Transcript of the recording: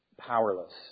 powerless